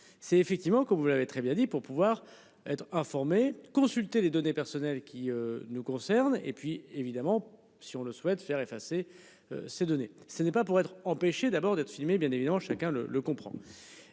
C'est effectivement comme vous l'avez très bien dit pour pouvoir être informé consulter les données personnelles qui nous concernent. Et puis évidemment si on le souhaite faire effacer. Ces données. Ce n'est pas pour être empêchés d'abord d'être filmés bien évidemment chacun le le comprendre.